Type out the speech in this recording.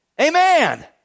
Amen